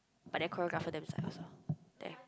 but their choreographer damn sex also damn